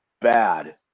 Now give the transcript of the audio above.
bad